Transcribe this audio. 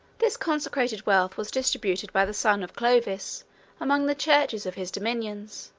this consecrated wealth was distributed by the son of clovis among the churches of his dominions,